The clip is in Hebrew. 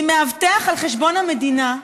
עם מאבטח על חשבון המדינה,